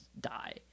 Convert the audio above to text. die